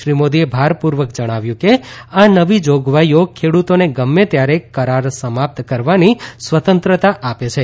શ્રી મોદીએ ભારપૂર્વક જણાવ્યું કે આ નવી જોગવાઈઓ ખેડૂતોને ગમે ત્યારે કરાર સમાપ્ત કરવાની સ્વતંત્રતા આપે છે